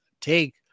take